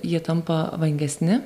jie tampa vangesni